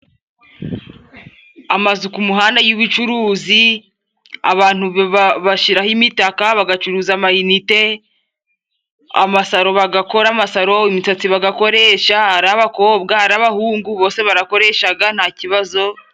Amazu ku muhanda y'ubucuruzi. Abantu bashyiraho imitaka bagacuruza amayinite. Amasaro bagakora amasaro imisatsi bagakoresha arabakobwa, arabahungu bose barakoreshaga nta kibazo.